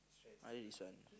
mine is an